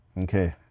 Okay